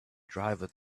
driver